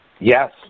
Yes